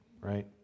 right